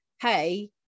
hey